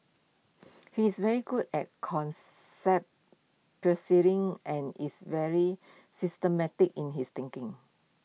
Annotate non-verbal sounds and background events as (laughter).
he is very good at (unintelligible) and is very systematic in his thinking